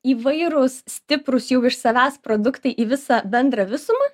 įvairūs stiprūs jau iš savęs produktai į visą bendrą visumą